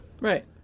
Right